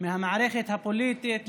מהמערכת הפוליטית,